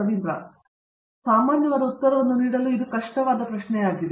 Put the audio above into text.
Ravindra Gettu generic ಉತ್ತರವನ್ನು ನೀಡಲು ಇದು ಕಷ್ಟವಾದ ಪ್ರಶ್ನೆಯಾಗಿದೆ